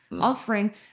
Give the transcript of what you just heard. offering